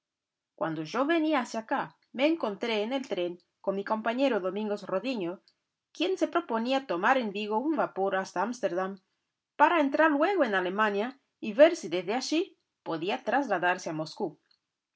cuando yo venía hacia acá me encontré en el tren con mi compañero domínguez rodiño quien se proponía tomar en vigo un vapor hasta ámsterdam para entrar luego en alemania y ver si desde allí podía trasladarse a moscou